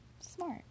Smart